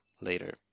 later